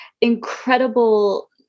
incredible